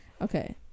Okay